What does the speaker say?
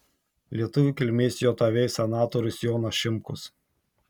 lietuvių kilmės jav senatorius jonas šimkus